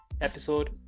episode